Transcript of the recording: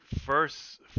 first